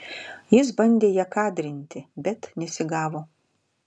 jis bandė ją kadrinti bet nesigavo